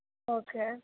okay